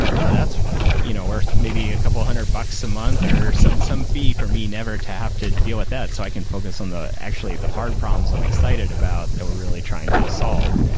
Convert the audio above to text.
oh, that's you know worth maybe a couple hundred bucks a month, or some some fee for me never to have to deal with that, so i can focus on actually the hard problems i'm excited about, that we're really trying to solve,